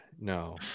No